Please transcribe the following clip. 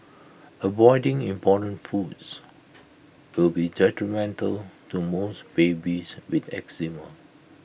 avoiding important foods will be detrimental to most babies with eczema